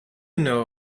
know